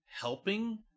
helping